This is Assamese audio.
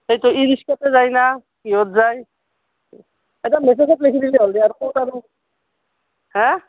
সেইটো ইংলিছতে যায় না কিহত যায় এটা মেছেজত লেখি দিলে হ'ল দে আৰু ক'ত আৰু হাঁ